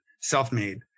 self-made